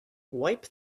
wipe